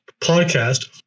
podcast